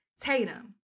Tatum